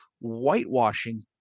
whitewashing